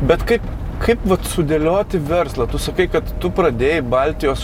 bet kaip kaip vat sudėlioti verslą tu sakai kad tu pradėjai baltijos